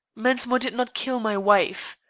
mensmore did not kill my wife.